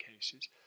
cases